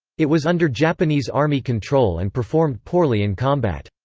it was under japanese army control and performed poorly in combat.